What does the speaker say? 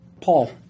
Paul